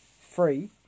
free